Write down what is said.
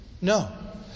No